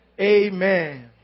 Amen